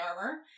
armor